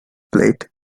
plate